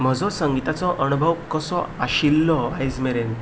म्हजो संगिताचो अणभव कसो आशिल्लो आयज मेरेन